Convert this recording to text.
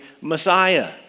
Messiah